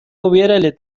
hubiérale